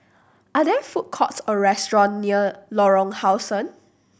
are there food courts or restaurant near Lorong How Sun